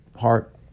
heart